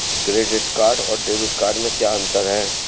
Credit card और debit card में क्या अंतर है?